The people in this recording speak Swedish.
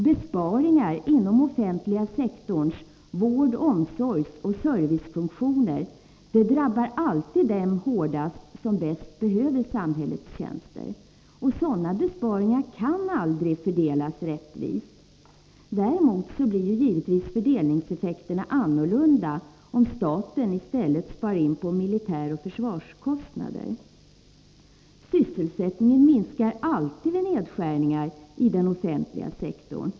Besparingar inom den offentliga sektorns vård-, omsorgsoch servicefunktioner drabbar alltid dem hårdast som bäst behöver samhällets tjänster. Sådana besparingar kan aldrig fördelas rättvist. Däremot blir fördelningseffekterna givetvis annorlunda om staten i stället spar in på militäroch försvarskostnader. Sysselsättningen minskar alltid vid nedskärningar i den offentliga sektorn.